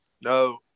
No